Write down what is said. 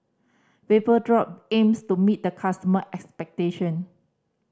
vapodrop aims to meet the customer expectation